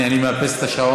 הנה, אני מאפס את השעון.